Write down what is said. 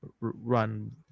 run